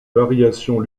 variations